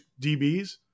DBs